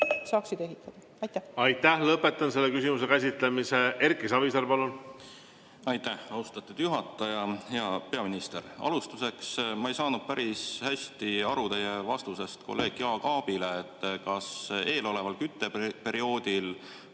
Savisaar, palun! Aitäh! Lõpetan selle küsimuse käsitlemise. Erki Savisaar, palun! Aitäh, austatud juhataja! Hea peaminister! Alustuseks: ma ei saanud päris hästi aru teie vastusest kolleeg Jaak Aabile, kas eeloleval kütteperioodil